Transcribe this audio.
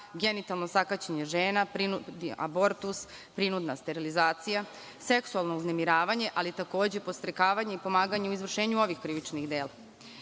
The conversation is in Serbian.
genitalno sakaćenje žena, prinudni abortus, prinudna sterilizacija, seksualno uznemiravanje, ali takođe podstrekavanje i pomaganje u izvršenju ovih krivičnih